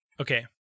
Okay